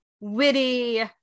witty